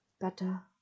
Better